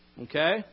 okay